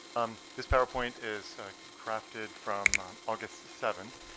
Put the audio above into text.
um this powerpoint is crafted from august seven.